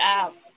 app